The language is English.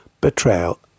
betrayal